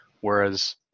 Whereas